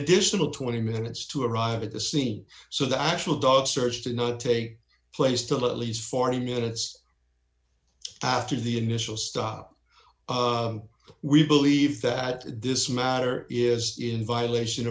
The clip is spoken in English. additional twenty minutes to arrive at the scene so the actual dog search did not take place till at least forty minutes after the initial stop we believe that this matter is in violation